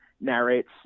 narrates